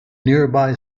nearby